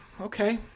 Okay